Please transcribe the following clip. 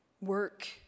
work